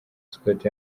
scott